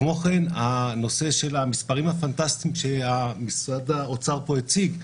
כמו כן הנושא של המספרים הפנטסטיים שמשרד האוצר פה הציג.